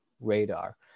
radar